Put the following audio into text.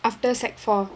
after sec four